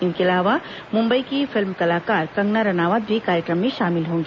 इनके अलावा मुंबई की फिल्म कलाकार कंगना रनावत भी कार्यक्रम में शामिल होंगी